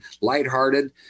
lighthearted